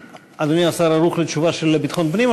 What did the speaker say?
אדוני השר ערוך לתשובה של השר לביטחון הפנים,